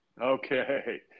okay